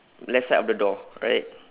left side of the door right